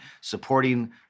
supporting